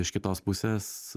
iš kitos pusės